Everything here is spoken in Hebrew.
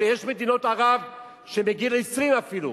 יש מדינות ערב שבגיל 20 אפילו,